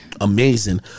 amazing